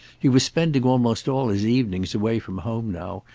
he was spending almost all his evenings away from home now,